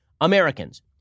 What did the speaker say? Americans